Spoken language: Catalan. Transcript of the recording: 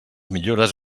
millores